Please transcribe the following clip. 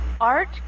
Art